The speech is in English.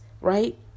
right